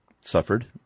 suffered